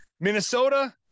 Minnesota